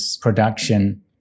production